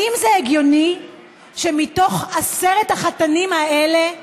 האם זה הגיוני שמתוך עשרת החתנים האלה,